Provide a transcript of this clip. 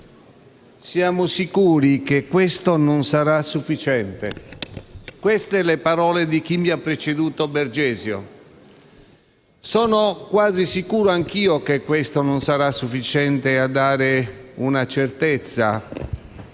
«Siamo sicuri che questo non sarà sufficiente»: queste le parole di chi mi ha preceduto, senatore Bergesio. Sono quasi sicuro anch'io che questo non sarà sufficiente a dare una certezza,